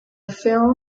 film